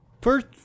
first